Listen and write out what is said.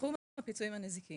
מסכום הפיצויים הנזיקי